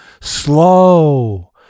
slow